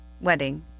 wedding